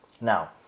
Now